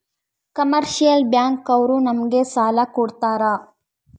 commercial bank ಅವ್ರು ನಮ್ಗೆ ಸಾಲ ಕೊಡ್ತಾರ